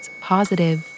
positive